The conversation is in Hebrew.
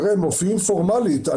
הם מופיעים פורמלית.